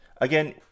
Again